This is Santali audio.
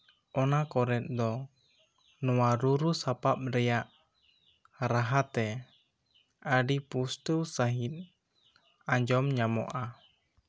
ᱚᱱᱟ ᱠᱚᱨᱮ ᱫᱚ ᱱᱚᱣᱟ ᱨᱩᱨᱩ ᱥᱟᱯᱟᱵ ᱨᱮᱭᱟᱜ ᱨᱟᱦᱟ ᱛᱮ ᱟᱹᱰᱤ ᱯᱩᱥᱴᱟᱹᱣ ᱥᱟᱺᱦᱚᱡ ᱟᱸᱡᱚᱢ ᱧᱟᱢᱚᱜᱼᱟ